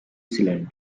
zealand